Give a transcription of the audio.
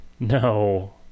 No